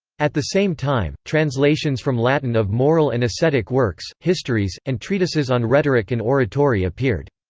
at the same time, translations from latin of moral and ascetic works, histories, and treatises on rhetoric and oratory appeared.